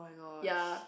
ya